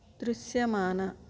దృశ్యమాన